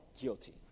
Guilty